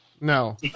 no